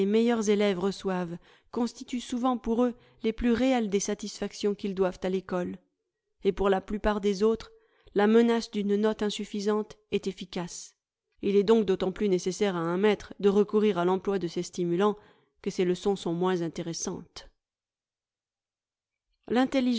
meilleurs élèves reçoivent constituent souvent pour eux les plus réelles des satisfactions qu'ils doivent à l'ecole et pour la plupart des autres la menace d'une note insuffisante est efficace il est donc d'autant plus nécessaire à un maître de recourir à l'emploi de ces stimulants que ses leçons sont moins intéressantes